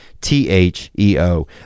T-H-E-O